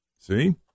See